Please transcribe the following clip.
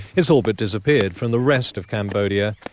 it's all but disappeared from the rest of cambodia.